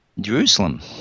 Jerusalem